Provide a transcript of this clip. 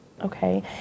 Okay